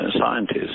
scientists